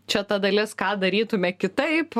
čia ta dalis ką darytume kitaip